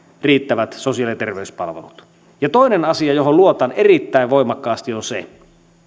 riittävät sosiaali ja terveyspalvelut toinen asia johon luotan erittäin voimakkaasti on se